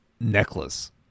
necklace